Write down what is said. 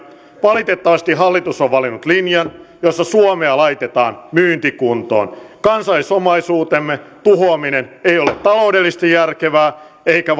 valitettavasti hallitus on valinnut linjan jossa suomea laitetaan myyntikuntoon kansallisomaisuutemme tuhoaminen ei ole taloudellisesti järkevää eikä